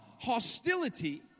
hostility